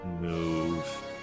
move